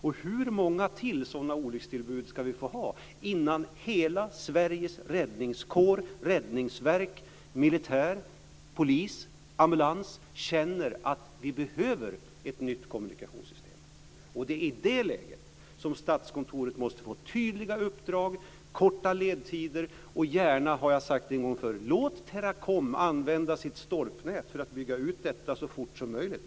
Och hur många sådana olyckstillbud till ska vi få ha innan hela Sveriges räddningskår, räddningsverk, militär, polis och ambulans känner att det behövs ett nytt kommunikationssystem? Det är i det läget som Statskontoret måste få tydligare uppdrag och korta ledtider. Och låt gärna - det har jag sagt en gång tidigare - Teracom använda sitt stolpnät för att bygga ut detta så fort som möjligt.